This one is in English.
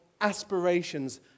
aspirations